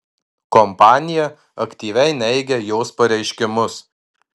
kompanija aktyviai neigia jos pareiškimus